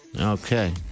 Okay